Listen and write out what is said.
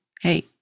Hey